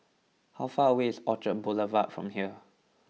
how far away is Orchard Boulevard from here